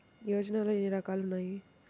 యోజనలో ఏన్ని రకాలు ఉన్నాయి?